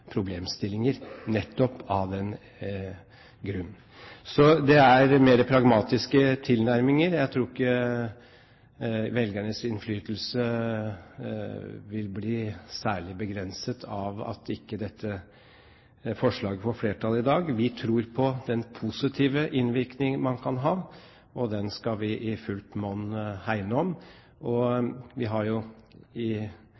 problemstillinger, nettopp av den grunn. Så det er mer pragmatiske tilnærminger. Jeg tror ikke velgernes innflytelse vil bli særlig begrenset av at ikke dette forslaget får flertall i dag. Vi tror på den positive innvirkningen man kan ha, og den skal vi i fullt monn hegne om. Vi har i